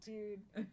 Dude